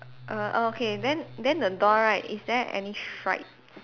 err okay then then the door right is there any stripes